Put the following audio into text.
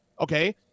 Okay